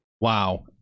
Wow